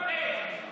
לא הייתה שום הבטחה.